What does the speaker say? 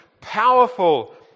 powerful